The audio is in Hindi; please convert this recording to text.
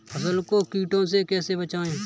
फसल को कीड़ों से कैसे बचाएँ?